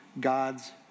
God's